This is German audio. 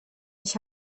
ich